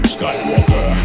Skywalker